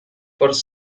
force